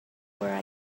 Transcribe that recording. where